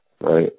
right